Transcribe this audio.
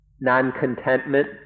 non-contentment